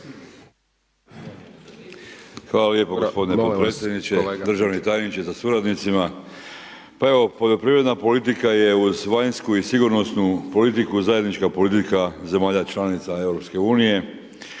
Hvala lijepo gospodine potpredsjedniče, državni tajniče sa suradnicima. Pa evo poljoprivredna politika je uz vanjsku i sigurnosnu politiku zajednička politika zemalja članica EU-a.